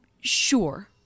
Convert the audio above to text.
Sure